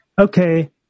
okay